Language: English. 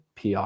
pr